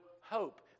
hope